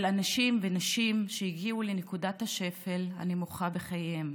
אנשים ונשים שהגיעו לנקודת השפל הנמוכה בחייהם.